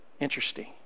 Interesting